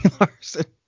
Larson